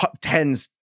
tens